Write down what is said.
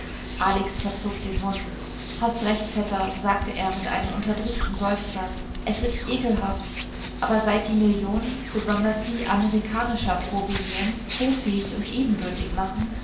alex verzog den mund hast recht vetter sagte er mit einem unterdrückten seufzer es ist ekelhaft aber seit die millionen besonders die amerikanischer provenienz hoffähig und ebenbürtig machen